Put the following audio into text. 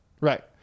Right